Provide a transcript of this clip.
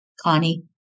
Connie